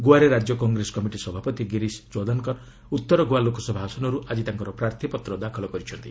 ଗୋଆରେ ରାଜ୍ୟ କଂଗ୍ରେସ କମିଟି ସଭାପତି ଗିରିଶ ଚୋଦନକର ଉତ୍ତର ଗୋଆ ଲୋକସଭା ଆସନରୁ ଆକି ତାଙ୍କର ପ୍ରାର୍ଥପତ୍ର ଦାଖଲ କରିଛନ୍ତି